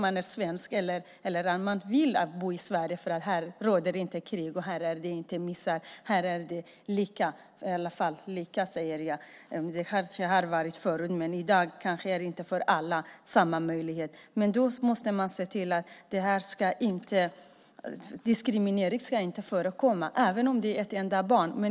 Man vill bo i Sverige eftersom det inte råder krig eller misär här. Här är det, eller har i alla fall varit, lika för alla och samma möjligheter. Men då måste man se till att diskriminering inte förekommer, inte av ett enda barn.